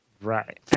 Right